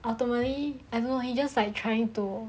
ultimately everyone he just like trying to